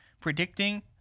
predicting